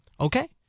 okay